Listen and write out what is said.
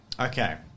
okay